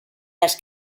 las